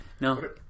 No